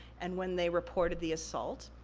and when they reported the assault.